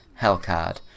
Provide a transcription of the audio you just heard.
Hellcard